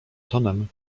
tonem